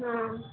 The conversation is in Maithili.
हँ